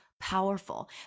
powerful